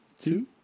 two